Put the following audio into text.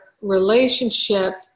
relationship